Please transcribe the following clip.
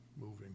moving